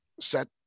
set